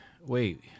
wait